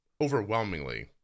overwhelmingly